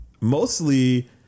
mostly